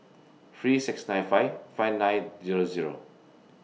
three six nine five five nine Zero Zero